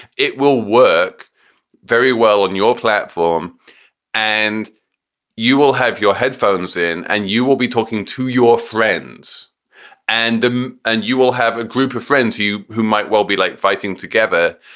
it will work very well in your platform and you will have your headphones in and you will be talking to your friends and them and you will have a group of friends, you who might well be like fighting together.